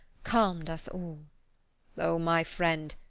calmed us all oh, my friend,